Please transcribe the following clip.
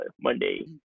Monday